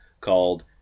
called